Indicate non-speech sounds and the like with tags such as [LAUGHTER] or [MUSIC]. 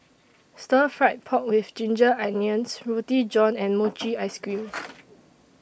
Stir Fried Pork with Ginger Onions Roti John and Mochi Ice Cream [NOISE]